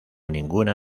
ninguna